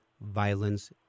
violence